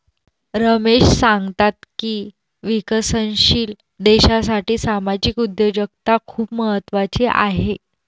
रमेश सांगतात की विकसनशील देशासाठी सामाजिक उद्योजकता खूप महत्त्वाची आहे